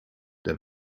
der